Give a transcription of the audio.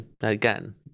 again